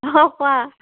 অঁ কোৱা